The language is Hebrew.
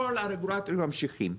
כל הרגולטורים ממשיכים.